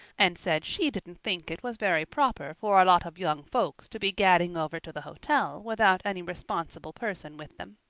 and said she didn't think it was very proper for a lot of young folks to be gadding over to the hotel without any responsible person with them.